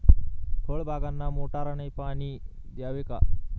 फळबागांना मोटारने पाणी द्यावे का?